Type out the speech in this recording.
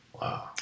Wow